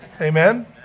Amen